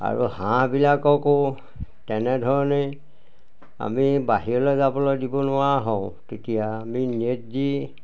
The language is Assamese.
আৰু হাঁহবিলাককো তেনেধৰণে আমি বাহিৰলৈ যাবলৈ দিব নোৱাৰা হওঁ তেতিয়া আমি নেট দি